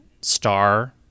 star